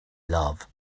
love